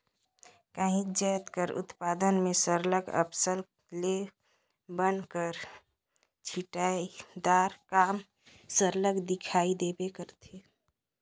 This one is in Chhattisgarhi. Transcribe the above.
काहींच जाएत कर उत्पादन में सरलग अफसल ले बन कर छंटई दार काम सरलग दिखई देबे करथे